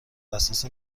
اساس